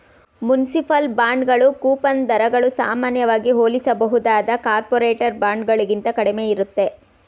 municipal ಬಾಂಡ್ಗಳು coupon ದರಗಳು ಸಾಮಾನ್ಯವಾಗಿ ಹೋಲಿಸಬಹುದಾದ ಕಾರ್ಪೊರೇಟರ್ ಬಾಂಡ್ಗಳಿಗಿಂತ ಕಡಿಮೆ ಇರುತ್ತೆ